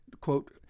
quote